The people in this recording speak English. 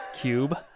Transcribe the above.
cube